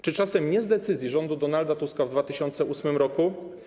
Czy czasem nie z decyzji rządu Donalda Tuska w 2008 r.